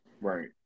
Right